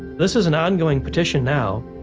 this is an ongoing petition now.